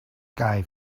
guy